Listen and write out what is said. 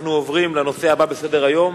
אנחנו עוברים לנושא הבא בסדר-היום: